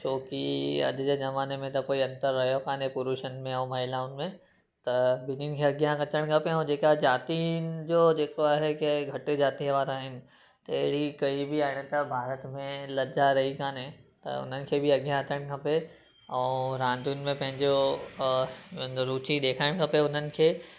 छोकी अॼु जे ज़माने में त कोई अंतर रहियो काने परुषनि में ऐं महिलाउनि में त ॿिन्हिनि खे अॻियां अचणु खपे ऐं जेका जातियुनि जो जेको आहे की घटि जातीअ वारा आहिनि त अहिड़ी काई बि हाणे त भारत में लज्जा रही काने त हुनखे बि अॻियां अचणु खपे ऐं रांदुनि में पंहिंजो पंहिंजो रूचि ॾेखारणु खपे उन्हनि खे